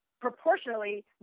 proportionally